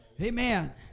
amen